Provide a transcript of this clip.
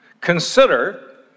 Consider